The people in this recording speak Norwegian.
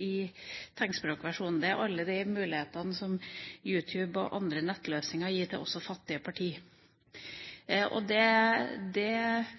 i tegnspråkversjon – og det er alle mulighetene som YouTube og andre nettløsninger gir til også fattige partier. Jeg